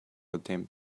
attempt